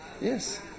Yes